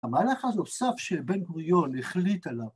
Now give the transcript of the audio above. ‫המהלך הנוסף שבן גוריון החליט עליו.